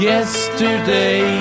Yesterday